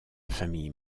famille